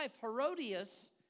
Herodias